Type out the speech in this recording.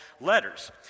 letters